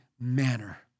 manner